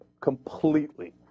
completely